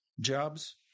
jobs